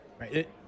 right